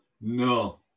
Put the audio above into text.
No